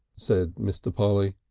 said mr. polly.